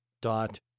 dot